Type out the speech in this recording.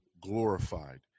glorified